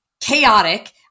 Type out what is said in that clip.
chaotic